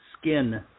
skin